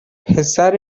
پسر